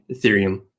Ethereum